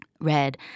red